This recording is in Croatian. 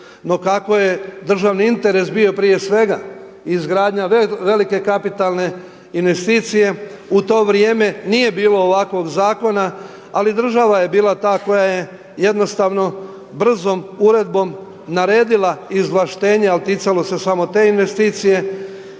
no kako je državni interes prije svega izgradnja velike kapitalne investicije u to vrijeme nije bilo ovakvog zakona, ali država je bila ta koja je jednostavno brzom uredbom naredila izvlaštenje, ali ticalo se samo te investicije